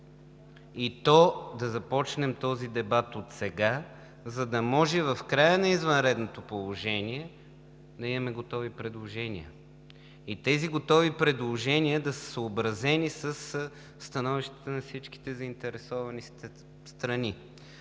и то да започнем този дебат отсега, за да може в края на извънредното положение да имаме готови предложения и тези готови предложения да са съобразени със становищата на всички заинтересовани страни.